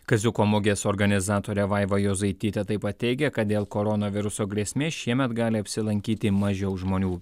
kaziuko mugės organizatorė vaiva jozaitytė taip pat teigia kad dėl koronaviruso grėsmės šiemet gali apsilankyti mažiau žmonių